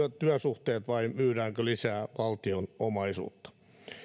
työsuhteet vai myydäänkö lisää valtion omaisuutta